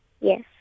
Yes